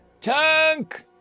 Tank